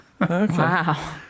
Wow